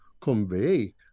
convey